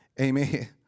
amen